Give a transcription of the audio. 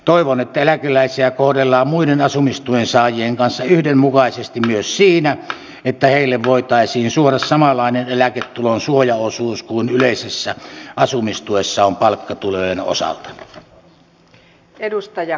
toivon että eläkeläisiä kohdellaan muiden asumistuen saajien kanssa yhdenmukaisesti myös siinä että heille voitaisiin suoda samanlainen eläketulon suojaosuus kuin yleisessä asumistuessa on palkkatulojen osalta